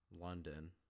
London